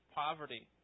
poverty